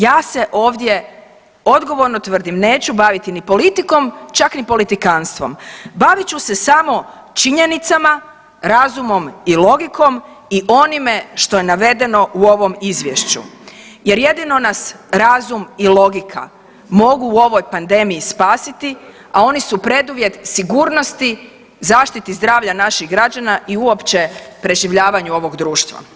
Ja se ovdje odgovorno tvrdim neću baviti ni politikom čak ni politikanstvom, bavit ću se samo činjenicama, razumom i logikom i onime što je navedeno u ovom izvješću jer jedino nas razum i logika mogu u ovoj pandemiji spasiti, a oni su preduvjet sigurnosti zaštiti zdravlja naših građana i uopće preživljavanju ovog društva.